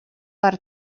per